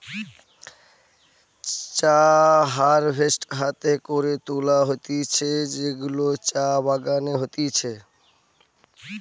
চা হারভেস্ট হাতে করে তুলা হতিছে যেগুলা চা বাগানে হতিছে